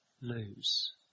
lose